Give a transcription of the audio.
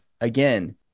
again